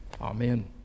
Amen